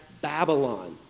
Babylon